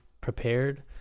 prepared